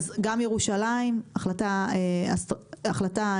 גם בירושלים התקבלה החלטה